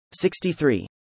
63